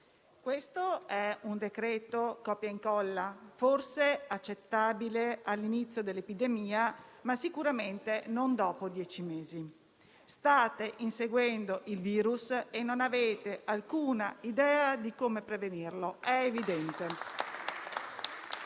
questo è un decreto copia-incolla, forse accettabile all'inizio dell'epidemia, ma sicuramente non dopo dieci mesi. State inseguendo il virus e non avete alcuna idea di come prevenirlo, è evidente.